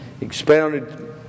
expounded